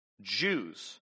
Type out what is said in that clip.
Jews